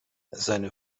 seine